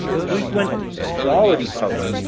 frequent quality posts